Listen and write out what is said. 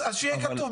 אז שיהיה כתוב,